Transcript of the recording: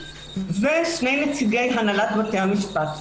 ושני נציגי הנהלת בתי המשפט.